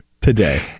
Today